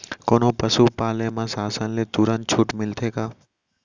कोनो पसु पाले म शासन ले तुरंत छूट मिलथे का?